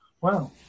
Wow